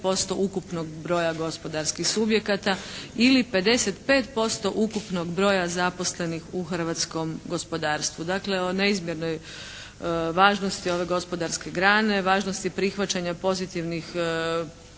ukupnog broja gospodarskih subjekata ili 55% ukupnog broja zaposlenih u hrvatskom gospodarstvu. Dakle, o neizmjernoj važnosti ove gospodarske grane, važnosti prihvaćanja pozitivnih